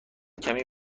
کمی